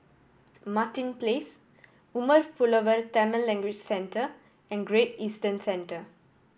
Martin Place Umar Pulavar Tamil Language Centre and Great Eastern Centre